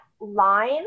line